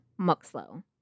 Muxlow